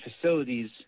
facilities